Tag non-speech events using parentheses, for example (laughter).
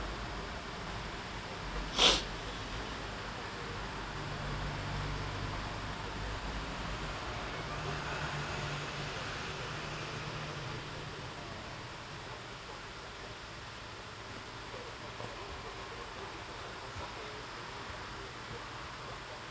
(noise)